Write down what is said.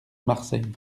marseille